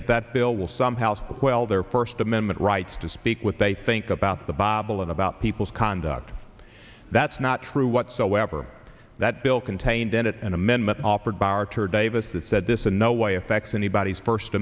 that that bill will somehow well their first amendment rights to speak what they think about the bible and about people's conduct that's not true whatsoever that bill contained in it an amendment offered by our tour davis that said this a no way affects anybody's first